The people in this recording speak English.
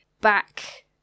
back